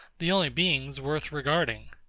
the only beings worth regarding.